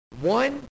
One